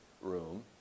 room